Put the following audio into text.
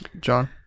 John